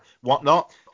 whatnot